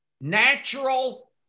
natural